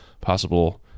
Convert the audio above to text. possible